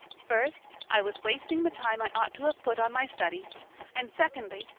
first, i was wasting the time i ought to have put on my studies and secondly,